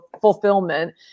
fulfillment